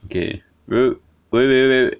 okay wai~ wait wait wait